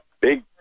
big